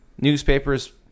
newspapers